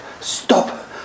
stop